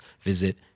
visit